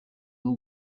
wowe